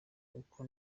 uko